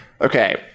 okay